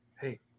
hey